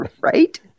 Right